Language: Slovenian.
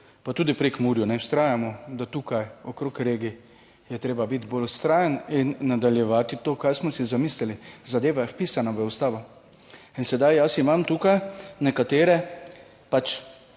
pa tudi v Prekmurju vztrajamo, da tukaj pri regijah je treba biti bolj vztrajen in nadaljevati to, kar smo si zamislili. Zadeva je vpisana v Ustavo. In sedaj imam jaz tukaj nekatere vaše